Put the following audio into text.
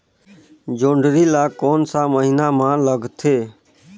जोंदरी ला कोन सा महीन मां लगथे?